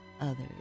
others